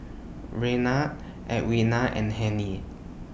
Raynard Edwina and Hennie